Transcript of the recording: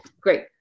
great